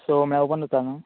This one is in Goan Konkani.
स म्हळ्यार ओपन जाता न्हू